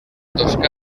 toscana